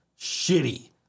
shitty